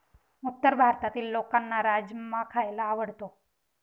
उत्तर भारतातील लोकांना राजमा खायला आवडतो